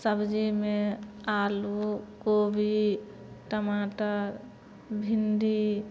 सब्जीमे आलू कोबी टमाटर भिण्डी